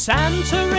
Santa